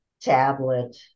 tablet